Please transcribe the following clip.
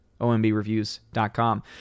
OMBReviews.com